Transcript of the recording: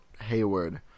Hayward